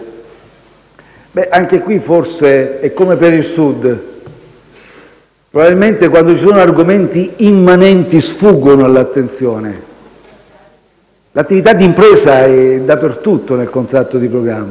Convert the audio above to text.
Anche in questo caso è come per il Sud: probabilmente, quando gli argomenti sono immanenti sfuggono all'attenzione. L'attività di impresa è dappertutto nel contratto di programma.